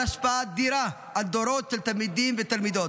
השפעה אדירה על דורות של תלמידים ותלמידות.